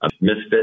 misfit